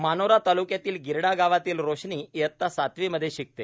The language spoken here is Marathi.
मानोरा तालुक्यातील गिर्डा गावातील रोशनी इयत्ता सातवीमध्ये शिकते